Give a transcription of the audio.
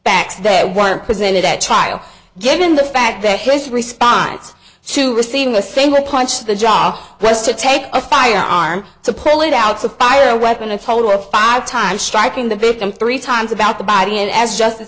there were presented at trial given the fact that his response to receiving a single punch the job was to take a firearm to pull it out so fire a weapon a total of five times striking the victim three times about the body and as justice